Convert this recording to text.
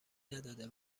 نداده